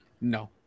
No